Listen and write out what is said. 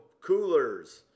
coolers